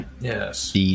Yes